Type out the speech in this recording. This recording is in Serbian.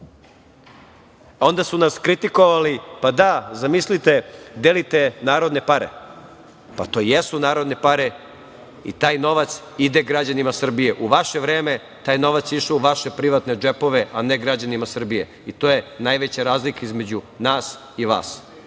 su nas kritikovali – pa da, zamislite, delite narodne pare. To jesu narodne pare i taj novac ide građanima Srbije. U vaše vreme, taj novac je išao u vaše privatne džepove, a ne građanima Srbije i to je najveća razlika između vas i nas.